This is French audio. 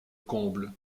comble